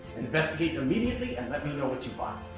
investigate immediately, and let me know what you find.